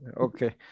okay